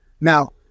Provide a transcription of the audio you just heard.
Now